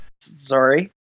sorry